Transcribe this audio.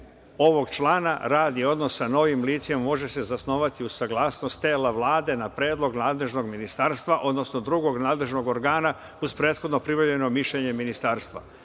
ovog člana, radni odnos sa novim licima može se zasnovati uz saglasnost tela Vlade, na predlog nadležnog ministarstva, odnosno drugog nadležnog organa, uz prethodno pribavljeno mišljenje ministarstva. Znači,